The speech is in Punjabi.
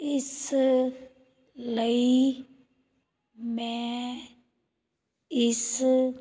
ਇਸ ਲਈ ਮੈਂ ਇਸ